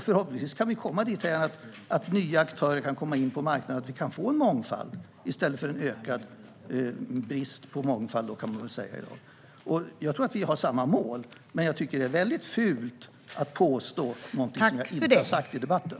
Förhoppningsvis kan vi komma dithän att nya aktörer kan komma in på marknaden, så att vi kan få en mångfald i stället för en ökad brist på mångfald. Jag tror att vi har samma mål. Men jag tycker att det är mycket fult att påstå någonting som jag inte har sagt i debatten.